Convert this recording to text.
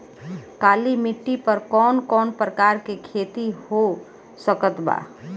काली मिट्टी पर कौन कौन प्रकार के खेती हो सकत बा?